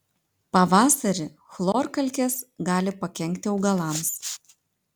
pavasarį chlorkalkės gali pakenkti augalams